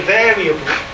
variable